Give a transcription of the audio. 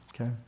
okay